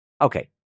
Okay